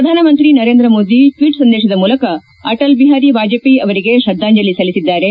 ಪ್ರಧಾನಮಂತ್ರಿ ನರೇಂದ್ರ ಮೋದಿ ಟ್ವೀಟ್ ಸಂದೇಶದ ಮೂಲಕ ಅಟಲ್ ಬಿಹಾರಿ ವಾಜಪೇಯ ಅವರಿಗೆ ಶ್ರದ್ಗಾಂಜಲಿ ಸಲ್ಲಿಸಿದ್ದಾರೆ